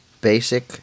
basic